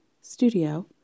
studio